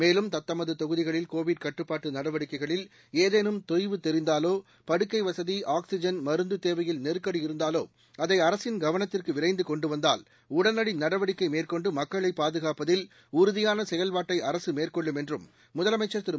மேலும் தத்தமது தொகுதிகளில் கோவிட் கட்டுப்பாட்டு நடவடிக்கைகளில் ஏதேனும் தொய்வு தெரிந்தாலோ படுக்கைவசதி ஆக்சிஜன் மருந்து தேவையில் நெருக்கடி இருந்தாலோ அதை அரசின் கவனத்திற்கு விரைந்து கொண்டுவந்தால் உடனடி நடவடிக்கை மேற்கொண்டு மக்களை பாதுகாப்பதில் உறுதியான மேற்கொள்ளும் முதலமைச்சர் திரூ